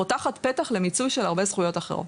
פותחת פתח למיצוי של הרבה זכויות אחרות.